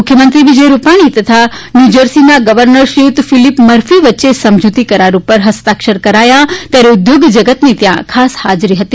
મુખ્યમંત્રી વિજય રૂપાણી તથા ન્યુજર્સીના ગવર્નર શ્રીયુત ફિલીપ મરફી વચ્ચે સમજૂતી કરાર ઉપર હસ્તાક્ષર કરાયા ત્યારે ઉદ્યોગજગતની ત્યાં ખાસ હાજરી હતી